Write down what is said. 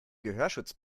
gehörschutz